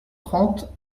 trente